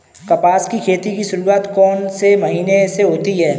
कपास की खेती की शुरुआत कौन से महीने से होती है?